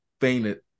fainted